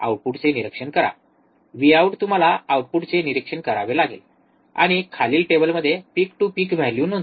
आउटपुटचे निरीक्षण करा व्ही आउट तुम्हाला आउटपुटचे निरीक्षण करावे लागेल आणि खालील टेबलमध्ये पीक टू पीक व्हॅल्यू नोंदवा